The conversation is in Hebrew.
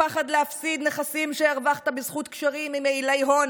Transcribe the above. הפחד להפסיד יחסים שהרווחת בזכות קשרים עם איילי הון,